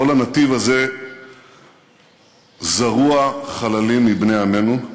כל הנתיב הזה זרוע חללים מבני עמנו,